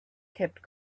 kept